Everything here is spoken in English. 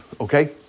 okay